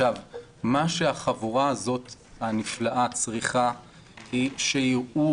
מה שהחבורה הזאת הנפלאה צריכה היא שיראו,